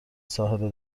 ساحل